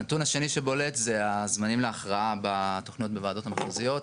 הנתון השני שבולט זה הזמנים להכרעה בתוכניות בוועדות המחוזיות.